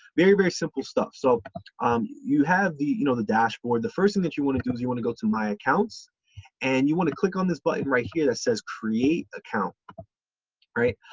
very very simple stuff. so um you have the you know the dashboard the first thing that you want to do is you want to go to my accounts and you want to click on this button right here that says create account alright,